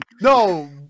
No